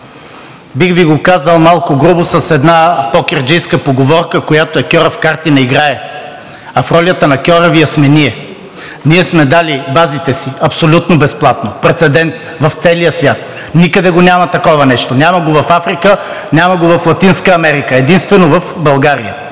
бих Ви го казал малко грубо с една покерджийска поговорка, която е „кьорав карти не играе“, а в ролята на кьоравия сме ние. Ние сме дали базите си абсолютно безплатно. Прецедент в целия свят. Никъде го няма такова нещо. Няма го в Африка, няма го в Латинска Америка. Единствено в България.